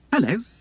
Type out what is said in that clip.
Hello